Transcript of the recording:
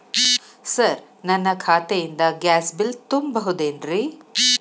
Sir ನನ್ನ ಖಾತೆಯಿಂದ gas bill ತುಂಬಹುದೇನ್ರಿ?